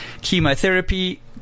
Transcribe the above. chemotherapy